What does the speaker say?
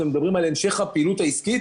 אתם מדברים על המשך הפעילות העסקית.